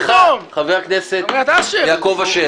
סליחה, חבר הכנסת יעקב אשר.